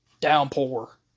Downpour